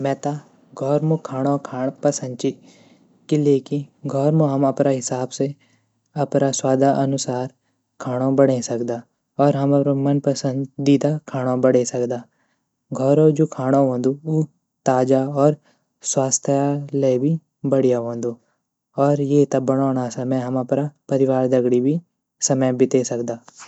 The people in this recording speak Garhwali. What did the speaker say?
मेता घौर मू खाणो खाण पसंद ची क़िले की घौर मू हम अपरा हिसाब से अपरा स्वादा अनुसार खाणो बणे सकदा और हम अपरा मन पसंदीदा खाणो बणे सकदा घोरों जू खाणो वंदु उ ताज़ा और स्वस्त्य ले भी बढ़िया वंदु और येता बणोंणा समय हम अपरा परिवार दगड़ी भी समय बिते सकदा।